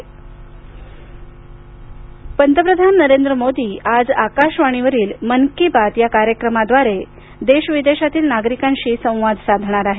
मन की बात पंतप्रधान नरेंद्र मोदी आज आकाशवाणीवरील मन की बात या कार्यक्रमाद्वारे देश विदेशातील नागरिकांशी संवाद साधणार आहेत